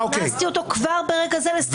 הכנסתי אותו ברגע זה לסטטוס.